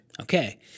Okay